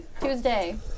Tuesday